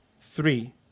three